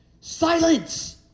silence